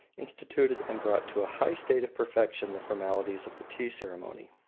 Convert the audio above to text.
instituted and brought to a high state of perfection the formalities of the tea-ceremony.